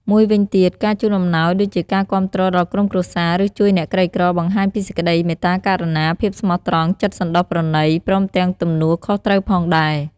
មួយវិញទៀត ការជូនអំណោយដូចជាការគាំទ្រដល់ក្រុមគ្រួសារ ឬជួយអ្នកក្រីក្របង្ហាញពីសេចក្ដីមេត្តាករុណា ភាពស្មោះត្រង់ ចិត្តសន្តោសប្រណី ព្រមទាំងទំនួលខុសត្រូវផងដែរ។